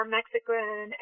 Mexican